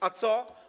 A co?